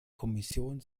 kommission